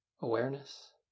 awareness